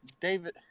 David